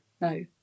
no